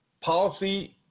policy